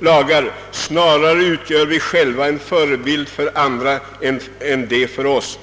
lagar. Snarare utgör vi själva en förebild för andra än de för oss.